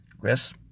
Chris